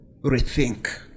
rethink